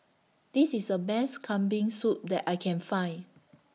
This IS A Best Kambing Soup that I Can Find